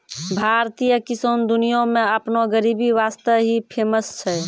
भारतीय किसान दुनिया मॅ आपनो गरीबी वास्तॅ ही फेमस छै